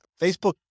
facebook